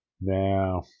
Now